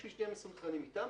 כדי שנהיה מסונכרנים אתם,